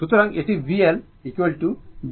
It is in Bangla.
সুতরাং এটি VL j গুণ I L ω